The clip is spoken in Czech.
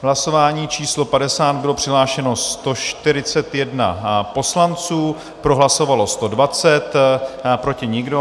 Hlasování číslo 50, bylo přihlášeno 141 poslanců, pro hlasovalo 120, proti nikdo.